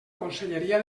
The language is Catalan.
conselleria